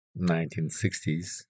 1960s